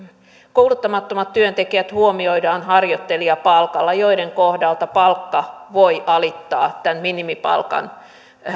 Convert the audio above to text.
kouluttamattomat työntekijät huomioidaan harjoittelijapalkalla ja heidän kohdallaan palkka voi alittaa tämän minimipalkan